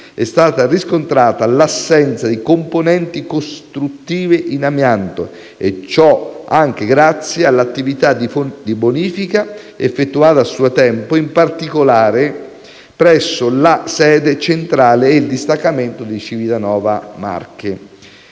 è stata riscontrata l'assenza di componenti costruttive in amianto e ciò anche grazie all'attività di bonifica effettuata a suo tempo, in particolare presso la sede centrale ed il distaccamento di Civitanova Marche.